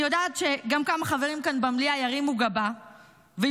אני יודעת שגם כמה חברים כאן במליאה ירימו גבה ויופתעו